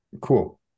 cool